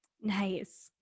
Nice